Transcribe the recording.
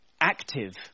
active